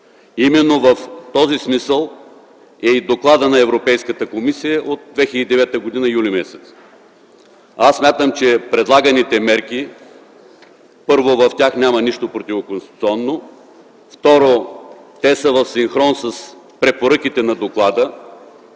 Именно в този смисъл е и докладът на Европейската комисия от м. юли 2009 г. Аз смятам, че в предлаганите мерки, първо, няма нищо противоконституционно, второ, те са в синхрон с препоръките на доклада.